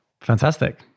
Fantastic